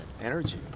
Energy